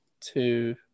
two